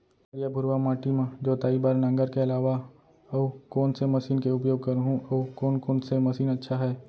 करिया, भुरवा माटी म जोताई बार नांगर के अलावा अऊ कोन से मशीन के उपयोग करहुं अऊ कोन कोन से मशीन अच्छा है?